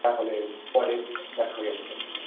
তাহলে পরে দেখা যাবে সব হুম